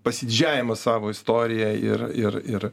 pasididžiavimą savo istorija ir ir ir